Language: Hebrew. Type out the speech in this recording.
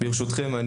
ברשותכם,